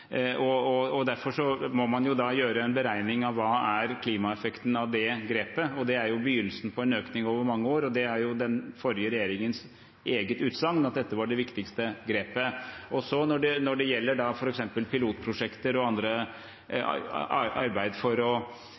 gjøre en beregning: Hva er klimaeffekten av det grepet? Det er begynnelsen på en økning over mange år, og det er jo den forrige regjeringens eget utsagn at dette var det viktigste grepet. Når det gjelder f.eks. pilotprosjekter og arbeid for å utvikle nye grønne næringer, kan man ikke regne det